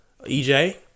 EJ